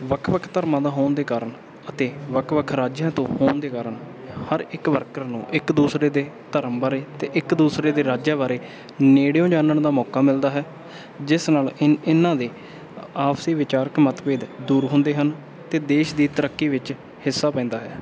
ਵੱਖ ਵੱਖ ਧਰਮਾਂ ਦਾ ਹੋਣ ਦੇ ਕਾਰਨ ਅਤੇ ਵੱਖ ਵੱਖ ਰਾਜਾਂ ਤੋਂ ਹੋਣ ਦੇ ਕਾਰਨ ਹਰ ਇੱਕ ਵਰਕਰ ਨੂੰ ਇੱਕ ਦੂਸਰੇ ਦੇ ਧਰਮ ਬਾਰੇ ਅਤੇ ਇੱਕ ਦੂਸਰੇ ਦੇ ਰਾਜਾਂ ਬਾਰੇ ਨੇੜਿਓਂ ਜਾਣਨ ਦਾ ਮੌਕਾ ਮਿਲਦਾ ਹੈ ਜਿਸ ਨਾਲ ਇਨ ਇਹਨਾਂ ਦੇ ਆਪਸੀ ਵਿਚਾਰਕ ਮਤਭੇਦ ਦੂਰ ਹੁੰਦੇ ਹਨ ਅਤੇ ਦੇਸ਼ ਦੀ ਤਰੱਕੀ ਵਿੱਚ ਹਿੱਸਾ ਪੈਂਦਾ ਹੈ